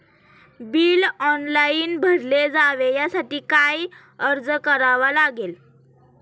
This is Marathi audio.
बिल ऑनलाइन भरले जावे यासाठी काय अर्ज करावा लागेल?